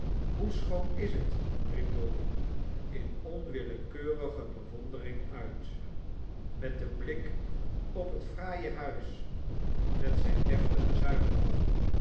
hoe schoon is het riep dolly in onwillekeurige bewondering uit met den blik op het fraaie huis met zijn deftige zuilenhal